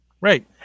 Right